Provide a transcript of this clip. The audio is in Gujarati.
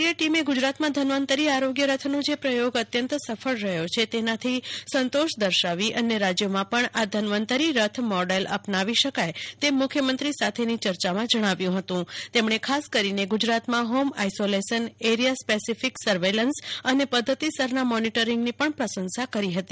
કેન્દ્રીય ટીમે ગુજરાતમાં ધન્વંતરી આરોગ્યરથનો જે પ્રથોગ અત્યંત સફળ રહ્યો છે તેનાથી સંતોષ દર્શાવી અન્ય રાજ્યોમાં પણ આ ધન્વંતરી રથ મોડલ અપનાવી શકાય તેમ મુખ્યમંત્રી સાથેની ચર્ચામાં જણાવ્યું હતું તેમણે ખાસ કરીને ગુજરાતમાં home isolation area specific surveillance અને પદ્ધતિસરના મોનિટરિંગની પણ પ્રશંસા કરી હતી